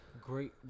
Great